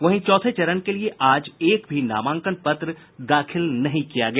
वहीं चौथे चरण के लिये आज एक भी नामांकन पत्र दाखिल नहीं किया गया